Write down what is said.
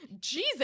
Jesus